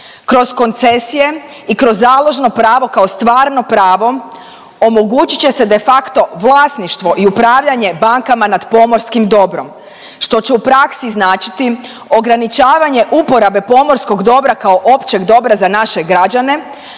Kroz koncesije i kroz založno pravo kao stvarno pravo omogućit će se de facto vlasništvo i upravljanje bankama nad pomorskim dobrom. Što će u praksi značiti ograničavanje uporabe pomorskog dobra kao općeg dobra za naše građane,